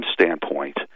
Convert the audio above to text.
standpoint